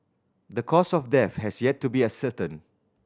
the cause of death has yet to be ascertained